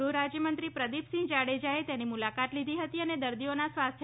ગૃહરાજ્યમંત્રી પ્રદિપસિંહ જાડેજાએ તેની મુલાકાત લીધી અને દર્દીઓના સ્વાસ્થ્ય